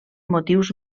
motius